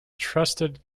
trusted